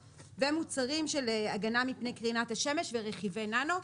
ומוצרים של הגנה מפני קרינת השמש ורכיבי ננו,